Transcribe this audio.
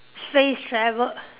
space travel